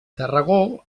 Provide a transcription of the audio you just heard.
tarragó